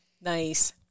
Nice